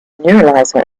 neuralizer